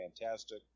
fantastic